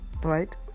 Right